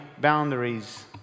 boundaries